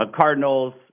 Cardinals